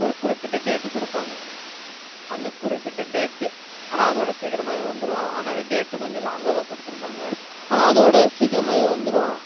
ஒரு குறிப்பிட்ட டேட்டு கொடுப்பாங்க அந்த குறிப்பிட்ட டேட்டு ஆனால் அதோடு சீக்கரமாகவே வந்துடும் ஆனால் அந்த டேட்டு கொஞ்சம் லாங்காக தான் கொடுத்துருப்பாங்க ஆனால் அதோடு சீக்கரமாகவே வந்துடும்